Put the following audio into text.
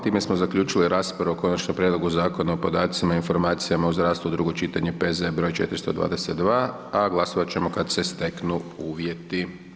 Time smo zaključili raspravo o Konačnom prijedlogu Zakona o podacima i informacijama u zdravstvu, drugo čitanje, P.Z.E. br. 422, a glasovati ćemo kada se steknu uvjeti.